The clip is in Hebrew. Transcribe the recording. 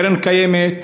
קרן קיימת,